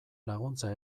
laguntza